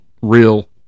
real